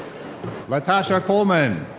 latasha coleman.